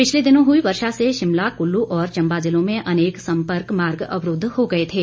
पिछले दिनों हुई वर्षा से शिमला कुल्लू और चंबा जिलों में अनेक संपर्क मार्ग अवरूद्ध हो गए थे